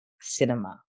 cinema